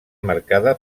marcada